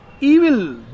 Evil